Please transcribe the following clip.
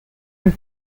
and